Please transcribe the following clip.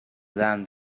than